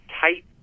tight